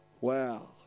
Wow